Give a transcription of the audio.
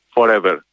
Forever